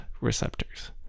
receptors